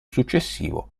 successivo